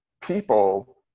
people